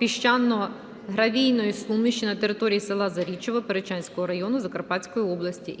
піщано-гравійної суміші на території села Зарічово Перечинського району Закарпатської області.